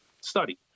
study